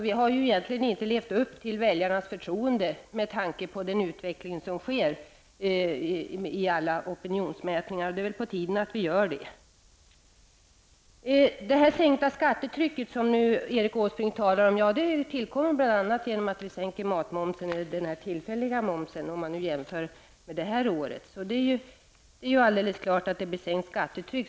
Vi har egentligen inte levt upp till väljarnas förtroende med tanke på den utveckling som sker i alla opinionsmätningar. Men det är väl på tiden att vi gör det. Erik Åsbrink talar om sänkt skattetryck. Ja, det åtstadkoms bl.a. genom att vi sänker matmomsen och den tillfälliga momsen, om vi nu talar om detta år.